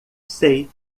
sei